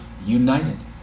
United